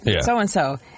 so-and-so